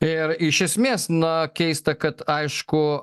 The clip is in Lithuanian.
ir iš esmės na keista kad aišku